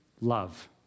love